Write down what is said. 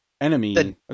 enemy